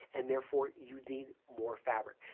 and therefore, you need more fabric.